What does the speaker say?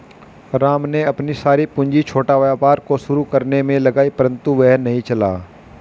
राम ने अपनी सारी पूंजी छोटा व्यापार को शुरू करने मे लगाई परन्तु वह नहीं चला